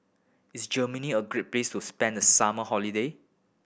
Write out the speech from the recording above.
is Germany a great place to spend the summer holiday